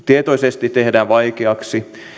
tietoisesti tehdään vaikeaksi